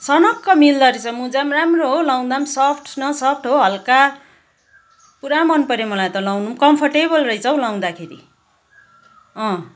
सनक्क मिल्दो रहेछ मुजा पनि राम्रो हो लाउँदा पनि सफ्ट न सफ्ट हो हल्का पुरा मन पऱ्यो मलाई त लाउनुम् कम्फर्टेबल रहेछ हौ लाउँदाखेरि